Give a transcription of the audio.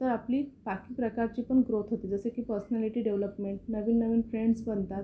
तर आपली बाकी प्रकारची पण ग्रोथ होते जसे की पर्सनॅलिटी डेव्हलपमेंट नवीन नवीन फ्रेंडस बनतात